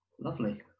Lovely